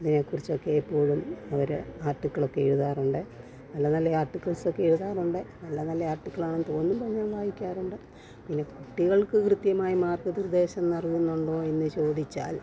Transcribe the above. അതിനെക്കുറിച്ച് ഒക്കെ എപ്പോഴും അവർ ആർട്ടിക്ക്ൾ ഒക്കെ എഴുതാറുണ്ട് നല്ല നല്ല ആർട്ടിക്ക്ൾസ് ഒക്കെ എഴുതാറുണ്ട് നല്ല നല്ല ആർട്ടിക്കിൾ ആണെന്ന് തോന്നുമ്പോൾ ഞാൻ വായിക്കാറുണ്ട് പിന്നെ കുട്ടികൾക്ക് കൃത്യമായി മാർഗനിർദേശം നൽകുന്നുണ്ടോ എന്ന് ചോദിച്ചാൽ